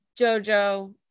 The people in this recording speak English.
Jojo